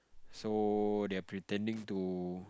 so they are pretending to